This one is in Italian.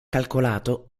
calcolato